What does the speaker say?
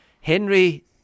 Henry